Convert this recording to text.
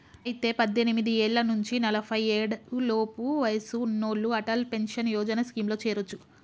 అయితే పద్దెనిమిది ఏళ్ల నుంచి నలఫై ఏడు లోపు వయసు ఉన్నోళ్లు అటల్ పెన్షన్ యోజన స్కీమ్ లో చేరొచ్చు